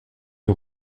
est